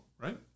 right